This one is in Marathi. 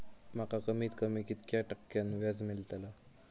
माका कमीत कमी कितक्या टक्क्यान व्याज मेलतला?